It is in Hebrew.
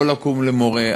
לא לקום למורה,